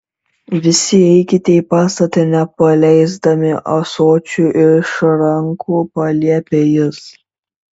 visi eikite į pastatą nepaleisdami ąsočių iš rankų paliepė jis